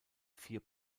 vier